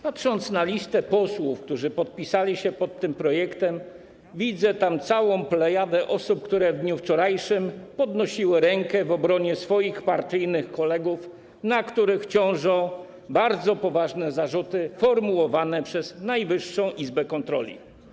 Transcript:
Patrząc na listę posłów, którzy podpisali się pod tym projektem, widzę tam całą plejadę osób, które w dniu wczorajszym podnosiły rękę w obronie swoich partyjnych kolegów, na których ciążą bardzo poważne zarzuty formułowane przez Najwyższą Izbę Kontroli.